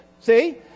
see